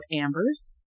Amber's